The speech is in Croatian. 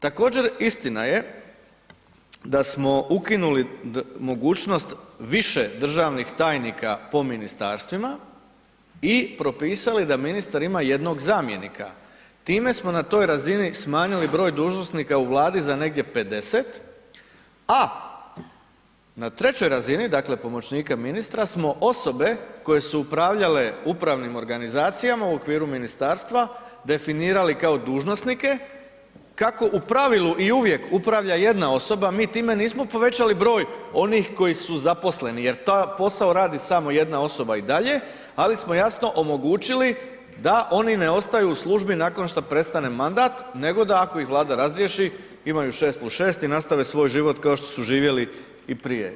Također, istina je da smo ukinuli mogućnost više državnih tajnika po ministarstvima i propisali da ministar ima jednog zamjenika time smo na toj razini smanjili broj dužnosnika u Vladi za negdje 50, a na trećoj razini, dakle pomoćnike ministra smo osobe koje su upravljale upravnim organizacijama u okviru ministarstva definirali kao dužnosnike, kako u pravilu i uvijek upravlja jedna osoba, mi time nismo povećali broj onih koji su zaposleni jer taj posao radi samo jedna osoba i dalje, ali smo jasno omogućili da oni ne ostaju u službi nakon šta prestane mandat, nego da ako ih Vlada razriješi, imaju 6+6 i nastave svoj život kao što su živjeli i prije.